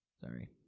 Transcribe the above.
Sorry